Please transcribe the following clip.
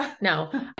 No